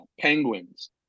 Penguins